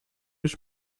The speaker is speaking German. ich